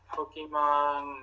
Pokemon